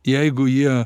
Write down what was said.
jeigu jie